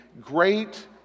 great